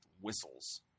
whistles